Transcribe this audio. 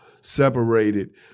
separated